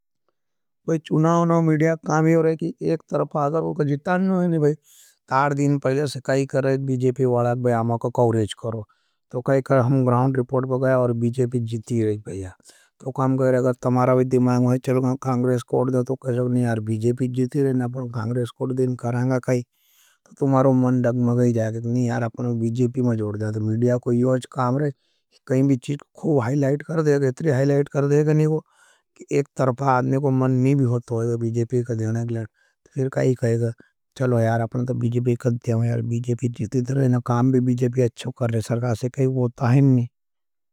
मेरे व् नी भी होता वोये, बीजेपी कद दियाँ रिकलेड तो थिर कई कहेंगा, चलो यार, अपने तो बीजेपी कद दियाँ। जीत दर रहे, काम भी बीजेपी अच्छो कर रहे, सरकासे किये, वो होता है नहीं नी। फिर वो देख गई, वो भी चेक करे, फिर कहा रहा यार भाईया, कमालत पाईप फुटेल पर हम इसने पाईप कई लीने ने दुखान पर ठवंगा। द्दुखानवल मोलकाहँ भाईया, मैंको पाईप अच्छो वळो देही जेऔ। उका बाद सही साथ देख चेक करलेगा, अपने पचो पाणी नहां के लिए देखाँगा, पाणी वाने कई जगे सब डूर चेक करांगा पण, पे कपपई।